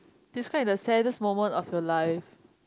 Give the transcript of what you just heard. describe the saddest moment of your life